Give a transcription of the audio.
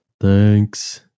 Thanks